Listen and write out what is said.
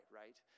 right